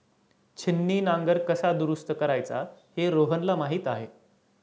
छिन्नी नांगर कसा दुरुस्त करायचा हे रोहनला माहीत आहे